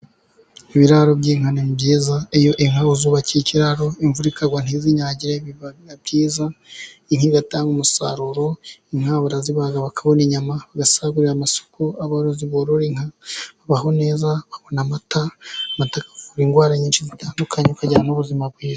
Ibiraro by'inka ni byiza iyo inka wazubakiye ikiraro, imvura ikagwa ntizinyagire biba byiza inka igatanga umusaruro, inka barazibaga bakabona inyama bagasagurira amasoko. Aborozi borora inka babaho neza, babona amata amata akavura indwara nyinshi zitandukanye ukagira n'ubuzima bwiza.